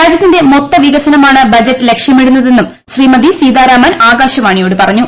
രാജ്യത്തിന്റെ മൊത്ത വികസനമാണ് ബജറ്റ് ലക്ഷ്യമിടുന്നതെന്നും ശ്രീമതി സീതാരാമാൻ ആകാശവാണിയോട് പറഞ്ഞു